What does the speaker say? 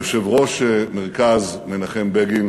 יושב-ראש מרכז מנחם בגין